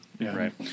right